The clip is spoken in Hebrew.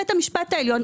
בית המשפט העליון,